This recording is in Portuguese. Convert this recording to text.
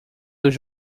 dos